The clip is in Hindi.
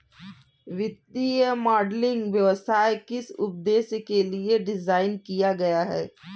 वित्तीय मॉडलिंग व्यवसाय किस उद्देश्य के लिए डिज़ाइन किया गया है?